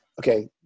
Okay